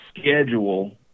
schedule